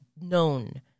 known –